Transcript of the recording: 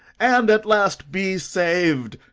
and at last be sav'd!